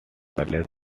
less